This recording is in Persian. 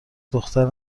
دختر